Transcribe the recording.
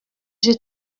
dieu